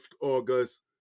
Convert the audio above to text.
August